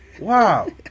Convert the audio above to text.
Wow